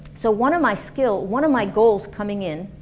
so one of my skills one of my goals coming in